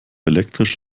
elektrisch